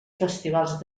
festivals